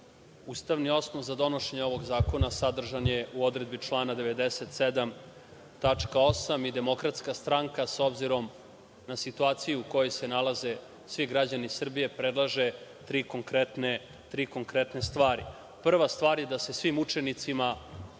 ustavni osnov za donošenje ovog zakona sadržan je u odredbi člana 97. tačka 8) i DS, s obzirom na situaciju u kojoj se nalaze svi građani Srbije, predlaže tri konkretne stvari. Prva stvar je da se svim učenicima, čiji